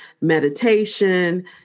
meditation